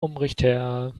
umrichter